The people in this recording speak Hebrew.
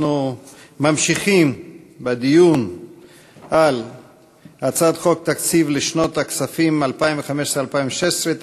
אנחנו ממשיכים בדיון על הצעת חוק התקציב לשנות הכספים 2015 ו-2016,